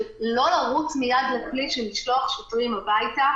לא לרוץ מייד לכלי של לשלוח שוטרים הביתה.